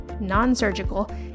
non-surgical